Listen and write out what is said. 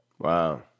Wow